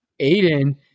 Aiden